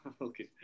Okay